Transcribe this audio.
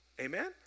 Amen